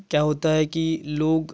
उसमें क्या होता है कि लोग